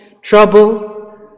trouble